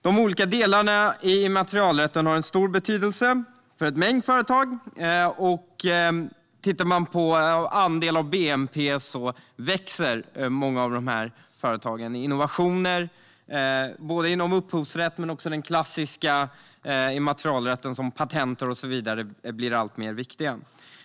De olika delarna inom immaterialrätten har en stor betydelse för en mängd företag. Sett till andelen av bnp växer många av dessa företag. Innovationer inom upphovsrätt och inom den klassiska immaterialrätten såsom patent och så vidare blir alltmer viktiga.